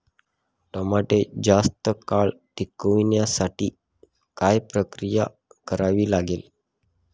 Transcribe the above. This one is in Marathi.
टमाटे जास्त काळ टिकवण्यासाठी काय प्रक्रिया करावी लागेल?